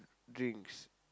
drinks